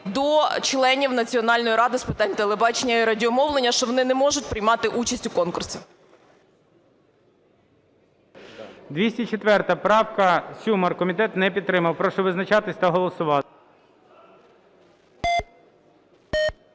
до членів Національної ради з питань телебачення і радіомовлення, що вони не можуть приймати участь у конкурсі. ГОЛОВУЮЧИЙ. 204 правка, Сюмар. Комітет не підтримав. Прошу визначатись та голосувати.